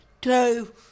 two